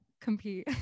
Compete